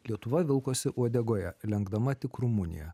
lietuva vilkosi uodegoje lenkdama tik rumuniją